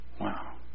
wow